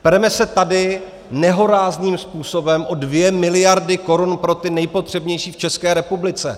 Pereme se tady nehorázným způsobem o dvě miliardy korun pro ty nejpotřebnější v České republice.